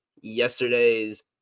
yesterday's